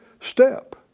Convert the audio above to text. step